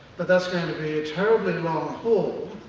but that's going to be a terribly long haul,